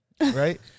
right